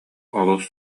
олус